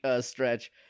stretch